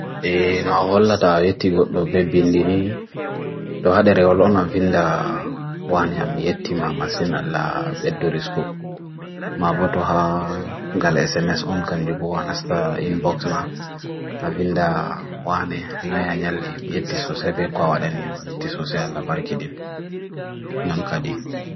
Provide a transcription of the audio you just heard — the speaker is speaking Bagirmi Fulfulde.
e n'awolata aetigot do bebindini do hadere wola n'am vinda wanya mi eti mamasina la beddori skop m'abotu ha gale SMS on kanyrubo anasta inbox ma a vinda wanya n'ayanyali mi eti sose be kwa wad anyam mi eti sose ala parkedin n'am kadi